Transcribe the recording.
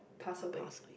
uh passed away